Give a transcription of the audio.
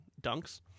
dunks